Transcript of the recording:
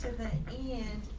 the end,